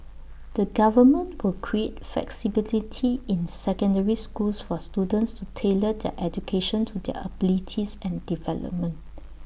the government will create flexibility in secondary schools for students to tailor their education to their abilities and development